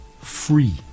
Free